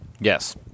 Yes